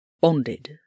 Bonded